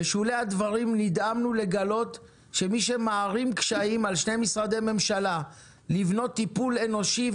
נדהמנו לגלות שמי שמערים קשיים על שני משרדי הממשלה לבנות טיפול אנושי,